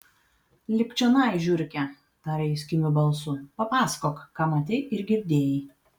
lipk čionai žiurke tarė jis kimiu balsu papasakok ką matei ir girdėjai